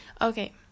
Okay